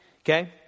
Okay